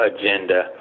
agenda